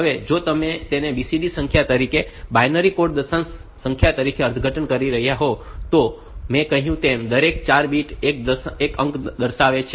હવે જો તમે તેને BCD સંખ્યા તરીકે બાઈનરી કોડેડ દશાંશ સંખ્યા તરીકે અર્થઘટન કરી રહ્યાં હોવ તો મેં કહ્યું તેમ દરેક 4 બીટ એક અંક બનાવે છે